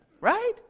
Right